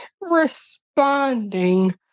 responding